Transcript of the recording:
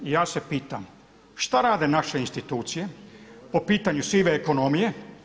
I ja se pitam, šta rade naše institucije po pitanju sive ekonomije.